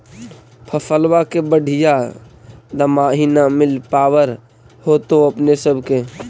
फसलबा के बढ़िया दमाहि न मिल पाबर होतो अपने सब के?